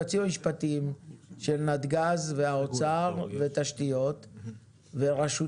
היועצים המשפטים של נתג"ז והאוצר ותשתיות ורשות